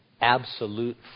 absolute